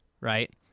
right